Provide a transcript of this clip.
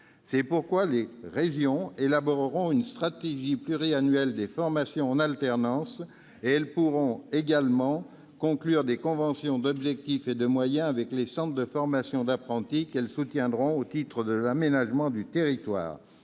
C'est pourquoi les régions élaboreront une stratégie pluriannuelle des formations en alternance ; elles pourront également conclure des conventions d'objectifs et de moyens avec les centres de formation d'apprentis qu'elles soutiendront au titre de l'aménagement du territoire.